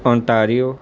Ontario